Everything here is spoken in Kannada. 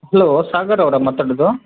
ಹಲೋ ಸಾಗರವರಾ ಮಾತಾಡೋದು